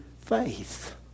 faith